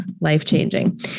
life-changing